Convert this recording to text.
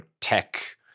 tech